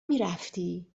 میرفتی